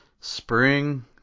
spring